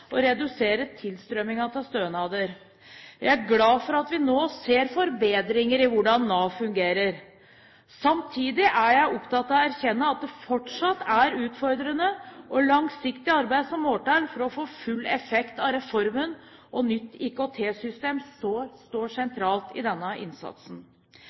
og redusere tilstrømmingen til stønader. Jeg er glad for at vi nå ser forbedringer i hvordan Nav fungerer. Samtidig er jeg opptatt av å erkjenne at det fortsatt er utfordrende og langsiktig arbeid som må til for å få full effekt av reformen. Nytt IKT-system står sentralt i denne innsatsen.